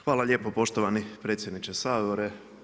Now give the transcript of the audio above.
Hvala lijepo poštovani predsjedniče Sabora.